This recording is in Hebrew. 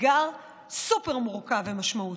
אתגר סופר-מורכב ומשמעותי.